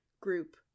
group